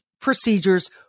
procedures